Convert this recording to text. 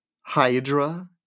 hydra